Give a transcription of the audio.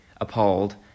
appalled